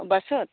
অ' বাছত